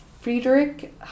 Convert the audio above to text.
Friedrich